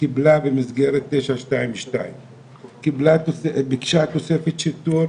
קיבלה במסגרת 922; ביקשה תוספת שלטון